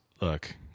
Look